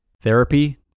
Therapy